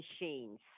machines